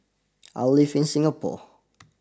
I live in Singapore